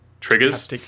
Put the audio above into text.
triggers